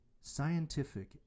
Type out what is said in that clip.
scientific